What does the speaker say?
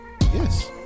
Yes